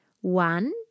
One